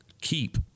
keep